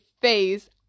face